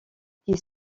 qui